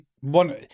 one